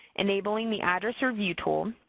enabling the address review tool,